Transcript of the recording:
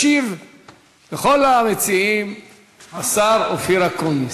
ישיב לכל המציעים השר אופיר אקוניס.